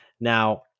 Now